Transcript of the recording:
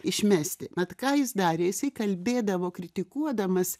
išmesti mat ką jis darė jisai kalbėdavo kritikuodamas